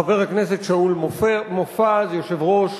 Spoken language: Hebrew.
חבר הכנסת שאול מופז, יושב-ראש